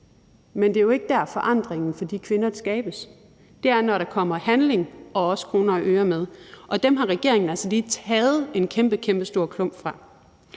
men det er jo ikke der, forandringen for de kvinder skabes; det er, når der kommer handling og også kroner og øre med, og dem har regeringen altså lige taget en kæmpe, kæmpe stor klump fra.